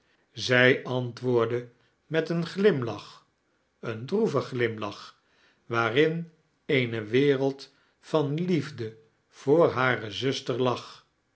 zij antwoordde met een glimlaoh een droeven glimlach waarin eene wereld van lief de voor hare zuster lag